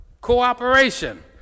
Cooperation